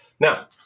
Now